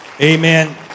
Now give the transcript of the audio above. Amen